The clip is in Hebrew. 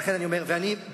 ולכן אני אומר, ואני באמת,